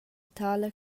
tala